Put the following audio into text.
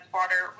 water